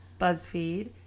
BuzzFeed